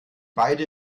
beide